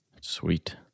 Sweet